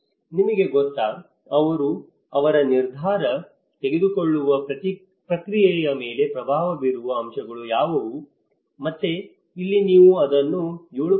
ನಿಮಗೆ ಗೊತ್ತಾ ಈಗ ಅವರ ನಿರ್ಧಾರ ತೆಗೆದುಕೊಳ್ಳುವ ಪ್ರಕ್ರಿಯೆಯ ಮೇಲೆ ಪ್ರಭಾವ ಬೀರುವ ಅಂಶಗಳು ಯಾವುವು ಮತ್ತೆ ಇಲ್ಲಿ ನೀವು ಅದನ್ನು 7